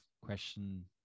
question